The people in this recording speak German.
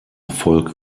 erfolg